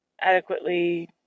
adequately